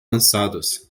lançados